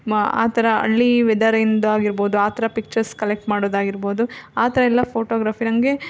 ಮಾ ಆ ಥರ ಹಳ್ಳಿ ವೆದರಿಂದ ಆಗಿರ್ಬೋದು ಆ ಥರ ಪಿಕ್ಚರ್ಸ್ ಕಲೆಕ್ಟ್ ಮಾಡೋದಾಗಿರ್ಬೋದು ಆ ಥರ ಎಲ್ಲ ಫೋಟೊಗ್ರಫಿ ನನಗೆ